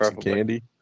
candy